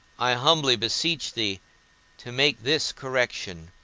i humbly beseech thee to make this correction,